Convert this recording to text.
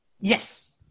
Yes